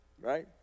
right